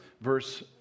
verse